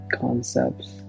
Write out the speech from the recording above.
concepts